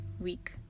week